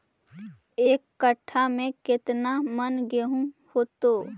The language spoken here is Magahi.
एक कट्ठा में केतना मन गेहूं होतै?